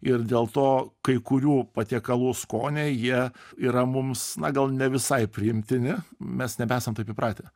ir dėl to kai kurių patiekalų skoniai jie yra mums na gal ne visai priimtini mes nebesam taip įpratę